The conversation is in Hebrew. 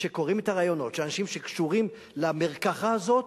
כשקוראים את הראיונות של אנשים שקשורים למרקחה הזאת,